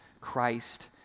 Christ